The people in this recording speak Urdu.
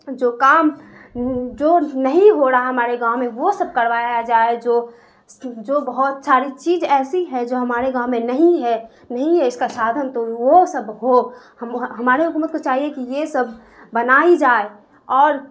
جو کام جو نہیں ہو رہا ہمارے گاؤں میں وہ سب کروایا جائے جو جو بہت ساڑی چیج ایسی ہے جو ہمارے گاؤں میں نہیں ہے نہیں ہے اس کا سادھن تو وہ سب ہو ہماری حکومت کو چاہیے کہ یہ سب بنائی جائے اور